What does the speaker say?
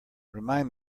remind